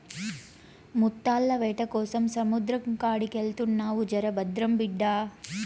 ముత్తాల వేటకోసం సముద్రం కాడికెళ్తున్నావు జర భద్రం బిడ్డా